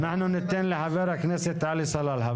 לח"כ עלי סלאלחה.